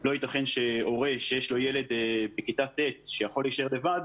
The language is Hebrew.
לא ייתכן שהורה שיש לו ילד בכיתה ט' שיכול להישאר לבד,